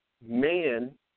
man